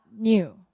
new